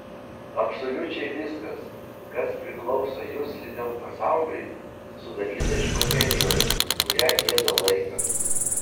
absoliučiai viskas kas priklauso jusliniam pasauliui sudaryta iš materijos kurią ėda laikas